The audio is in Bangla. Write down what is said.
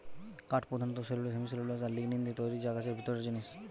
কাঠ পোধানত সেলুলোস, হেমিসেলুলোস আর লিগনিন দিয়ে তৈরি যা গাছের ভিতরের জিনিস